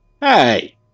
Hey